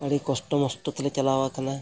ᱟᱹᱰᱤ ᱠᱚᱥᱴᱚᱢᱚᱥᱴᱚ ᱛᱮᱞᱮ ᱪᱟᱞᱟᱣ ᱠᱟᱱᱟ